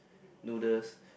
noodles